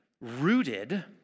rooted